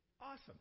Awesome